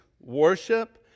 worship